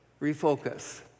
Refocus